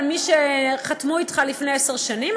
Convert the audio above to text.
מי שחתמו אתך לפני עשר שנים,